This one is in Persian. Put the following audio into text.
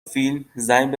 فیلم، زنگ